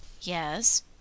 Yes